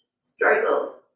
struggles